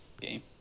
game